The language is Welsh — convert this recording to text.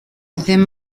ddim